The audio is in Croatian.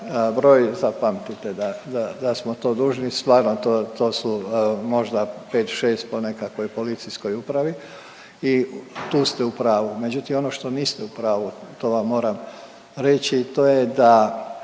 broj, zapamtite da smo to dužni. Stvarno to su možda pet, šest po nekakvoj policijskoj upravi. I tu ste u pravu. Međutim, ono što niste u pravu to vam moram reći, to je da